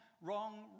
wrong